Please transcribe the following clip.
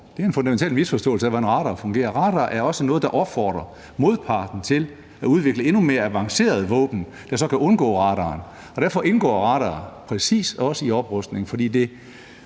Det er en fundamental misforståelse af, hvordan radarer fungerer. Radarer er også noget, der opfordrer modparten til at udvikle endnu mere avancerede våben, der så kan undgå radaren, og derfor indgår radarer præcis også i oprustning, fordi det